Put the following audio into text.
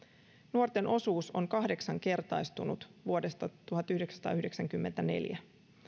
nuorten osuus on kahdeksankertaistunut vuodesta tuhatyhdeksänsataayhdeksänkymmentäneljä